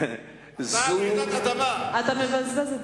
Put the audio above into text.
אתה מבזבז את זמנו.